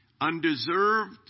Undeserved